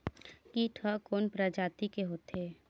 कीट ह कोन प्रजाति के होथे?